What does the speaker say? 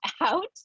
out